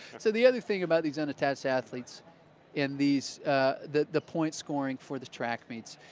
so the other thing about these unattached athletes in these the the points scoring for the track meets,